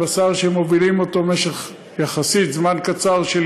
שזה בשר שמובילים אותו במשך זמן קצר יחסית,